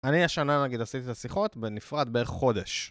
אני השנה, נגיד, עשיתי את השיחות בנפרד בערך חודש.